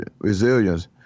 resilience